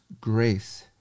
grace